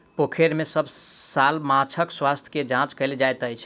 पोखैर में सभ साल माँछक स्वास्थ्य के जांच कएल जाइत अछि